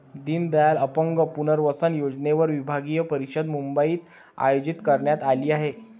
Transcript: दीनदयाल अपंग पुनर्वसन योजनेवर विभागीय परिषद मुंबईत आयोजित करण्यात आली आहे